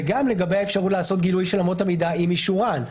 וגם לגבי האפשרות לעשות גילוי של אמות המידה עם אישורן.